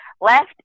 Left